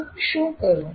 તો હું શું કરું